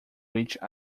which